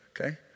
okay